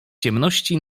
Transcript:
ciemności